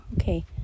okay